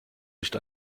nicht